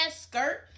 skirt